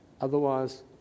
Otherwise